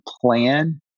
plan